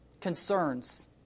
concerns